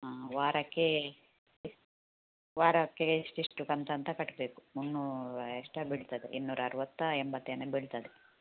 ಹಾಂ ವಾರಕ್ಕೆ ವಾರಕ್ಕೆ ಇಷ್ಟಿಷ್ಟು ಕಂತು ಅಂತ ಕಟ್ಟಬೇಕು ಮುನ್ನೂರು ಎಷ್ಟೊ ಬೀಳ್ತದೆ ಇನ್ನೂರ ಅರವತ್ತು ಎಂಬತ್ತೆನೊ ಬೀಳ್ತದೆ